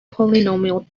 polynomial